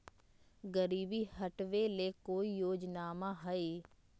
गरीबी हटबे ले कोई योजनामा हय?